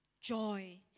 joy